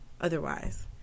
otherwise